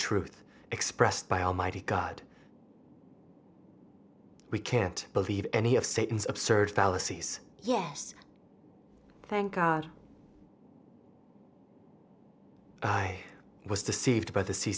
truth expressed by almighty god we can't believe any of satan's absurd fallacies yes thank god i was deceived by